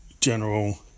general